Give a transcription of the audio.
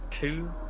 two